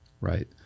right